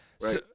Right